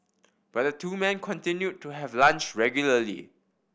but the two men continue to have lunch regularly